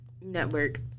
network